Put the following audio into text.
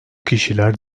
kişiler